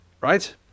right